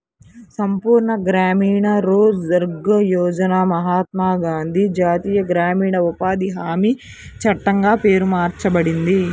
సంపూర్ణ గ్రామీణ రోజ్గార్ యోజనకి మహాత్మా గాంధీ జాతీయ గ్రామీణ ఉపాధి హామీ చట్టంగా పేరు మార్చబడింది